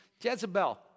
Jezebel